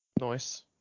Nice